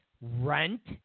rent